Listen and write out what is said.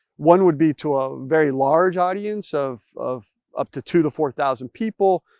one would be to a very large audience of of up to two to four thousand people.